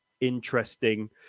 interesting